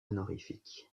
honorifique